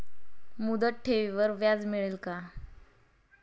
मुदत ठेवीवर व्याज मिळेल का?